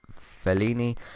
Fellini